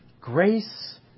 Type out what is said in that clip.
Grace